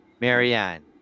marianne